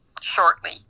shortly